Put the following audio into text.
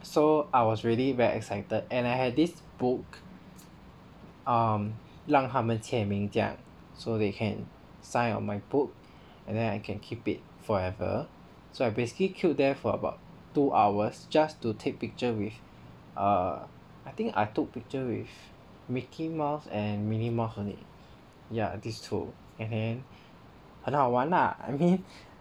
so I was really very excited and I had this book um 让他们签名这样 so they can sign on my book and then I can keep it forever so I basically queued there for about two hours just to take picture with err I think I took picture with mickey mouse and minnie mouse only ya and these two and then 很好玩 lah I mean